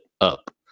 up